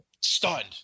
stunned